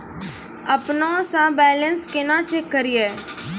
अपनों से बैलेंस केना चेक करियै?